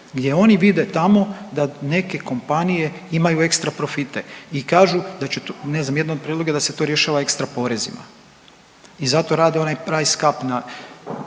gdje oni vide tamo da neke kompanije imaju ekstra profite i kažu da će, ne znam, jedno otprilike da se to rješava ekstra porezima i zato rade onaj price cap na.